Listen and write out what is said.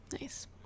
nice